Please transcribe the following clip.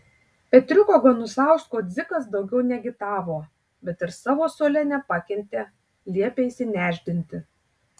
petriuko ganusausko dzikas daugiau neagitavo bet ir savo suole nepakentė liepė išsinešdinti